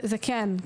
זה כן.